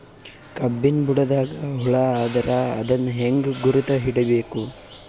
ಕಬ್ಬಿನ್ ಬುಡದಾಗ ಹುಳ ಆದರ ಅದನ್ ಹೆಂಗ್ ಗುರುತ ಹಿಡಿಬೇಕ?